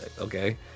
okay